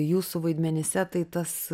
jūsų vaidmenyse tai tas